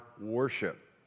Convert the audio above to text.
worship